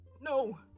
No